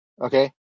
Okay